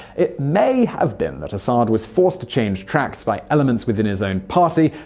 it may have been that assad was forced to change track by elements within his own party.